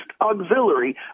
auxiliary